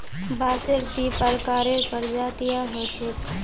बांसेर दी प्रकारेर प्रजातियां ह छेक